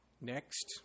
next